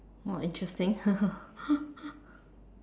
!wah! interesting